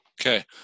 Okay